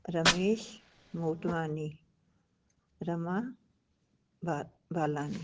रमेश मोटवानी रमां बा बालानी